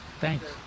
Thanks